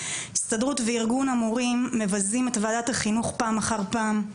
הסתדרות וארגון המורים מבזים את ועדת החינוך פעם אחר פעם,